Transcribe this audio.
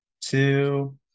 two